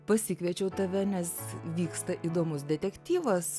pasikviečiau tave nes vyksta įdomus detektyvas